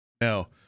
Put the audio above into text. Now